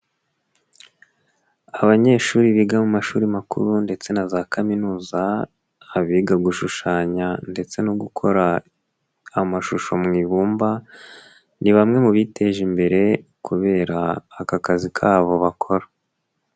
Abanyeshuri biga mu mashuri makuru ndetse na za kaminuza, abiga gushushanya ndetse no gukora amashusho mu ibumba, ni bamwe mu biteje imbere kubera aka kazi kabo bakora.